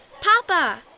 Papa